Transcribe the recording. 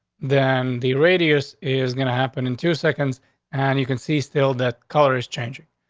then the radius is gonna happen in two seconds and you can see still, that color is changing.